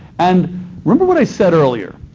and remember what i said earlier.